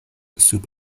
sub